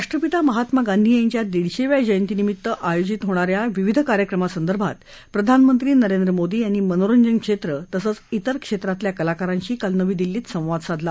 राष्ट्रपिता महात्मा गांधी यांच्या दीडशेव्या जयंतीनिमित्त आयोजित होणा या विविध कार्यक्रमासंदर्भात प्रधानमंत्री नरेंद्र मोदी यांनी मनोरंजन क्षेत्र तसंच इतर क्षेत्रातील कलाकारांशी काल नवी दिल्लीत संवाद साधला